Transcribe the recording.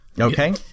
okay